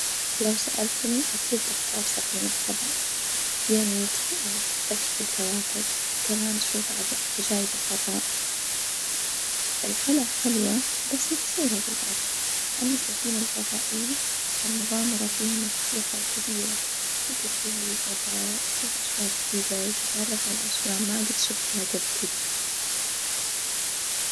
لو سألتي أكيد بختار سفينة فظاء يعني تخيل إنك تستكشف الكواكب وكمان تشوف عجا عجايب الفظاء، القلعة حلوة بس محصورة بالأرظ أما السفينة الفظائية فالمغامرة فيها مفتوحة وكبيرة تطلع فيها للفظاء وتشوف أشياء جديدة وتتعرف على أشياء ما جد شفتها جبل كدة.